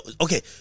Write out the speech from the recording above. okay